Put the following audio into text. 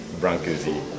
Brancusi